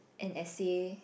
an essay